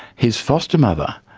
his foster mother,